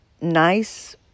nice